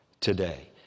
today